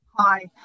hi